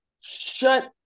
shut